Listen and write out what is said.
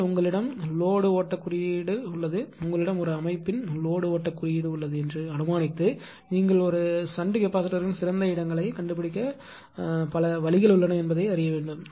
ஆனால் உங்களிடம் லோடுஓட்ட குறியீட்டு உள்ளது உங்களிடம் ஒரு அமைப்பின் லோடுஓட்ட குறியீட்டு உள்ளது என்று அனுமானித்து நீங்கள் ஷன்ட் கெப்பாசிட்டர்யின் சிறந்த இடங்களைக் கண்டுபிடிக்க பல வழிகள் உள்ளன என்பதை அறிய வேண்டும்